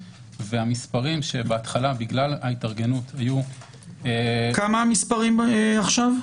והמספרים שבהתחלה- -- כמה המספרים עכשיו?